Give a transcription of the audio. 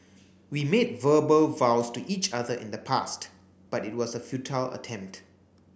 we made verbal vows to each other in the past but it was a futile attempt